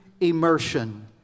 immersion